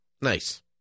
Nice